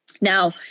now